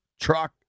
truck